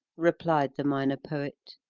replied the minor poet,